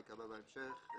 בבקשה.